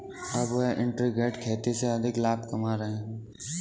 अब वह इंटीग्रेटेड खेती से अधिक लाभ कमा रहे हैं